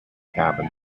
cabin